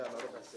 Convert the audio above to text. אדוני היושב-ראש,